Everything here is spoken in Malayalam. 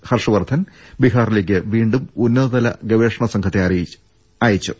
ഹർഷ് വർധൻ ബീഹാറില്ലേക്ക് വീണ്ടും ഉന്നതതല ഗവേഷണ സംഘത്തെ അയച്ചു